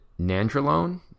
nandrolone